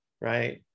Right